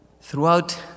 throughout